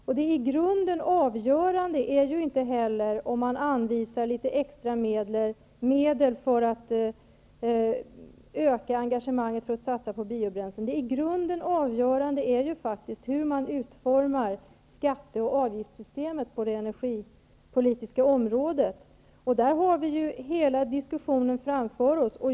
Det är i grunden inte avgörande om litet extra medel anvisas för att öka engagemanget för att satsa på biobränslen. Det i grunden avgörande är faktiskt hur man utformar skatte och avgiftssystemet på det energipolitiska området. Där har vi hela diskussionen framför oss.